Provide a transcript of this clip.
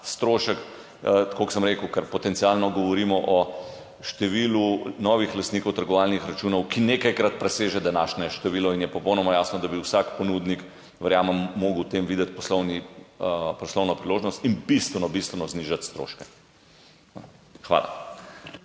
strošek, tako kot sem rekel, ker potencialno govorimo o številu novih lastnikov trgovalnih računov, ki nekajkrat preseže današnje število. In je popolnoma jasno, da bi vsak ponudnik, verjamem, moral v tem videti poslovno priložnost in bistveno bistveno znižati stroške. Hvala.